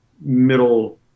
middle